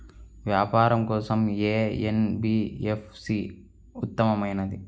వ్యాపారం కోసం ఏ ఎన్.బీ.ఎఫ్.సి ఉత్తమమైనది?